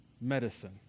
medicine